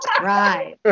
Right